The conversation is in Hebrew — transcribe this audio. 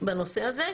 בנושא הזה,